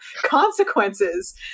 consequences